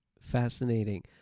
Fascinating